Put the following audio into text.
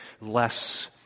less